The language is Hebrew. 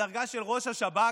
בדרגה של ראש השב"כ,